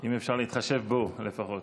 אם אפשר להתחשב בו לפחות.